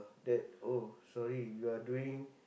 that oh sorry you are doing